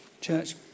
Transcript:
Church